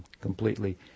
completely